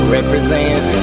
represent